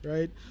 Right